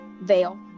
veil